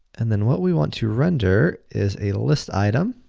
and then, what we want to render is a list item,